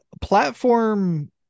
platform